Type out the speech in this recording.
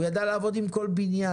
הוא ידע לעבוד עם כל בניין,